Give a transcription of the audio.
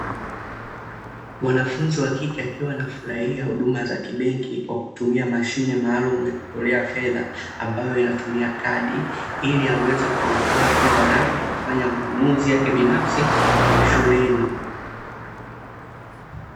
Mwanafunzi wa kike akiwa anafurahia huduma za kibenki kwa kutumia mashine maalum ya kutolea fedha ambayo inatumia kadi, ili aweze kutoa fedha zake kwa kufanya manunuzi yake binafsi ya shuleni.